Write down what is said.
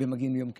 מגיעים ביום כיפור,